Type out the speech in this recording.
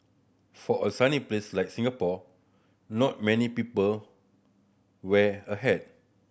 for a sunny place like Singapore not many people wear a hat